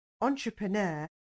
entrepreneur